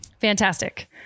Fantastic